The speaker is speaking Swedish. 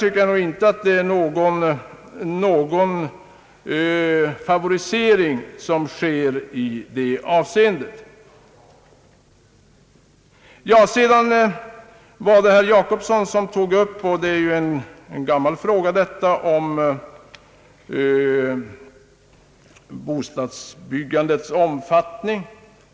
Någon favorisering tycker jag inte sker i det avseendet. Herr Jacobsson tog upp frågan om bostadsbyggandets omfattning.